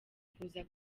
kuza